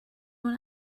one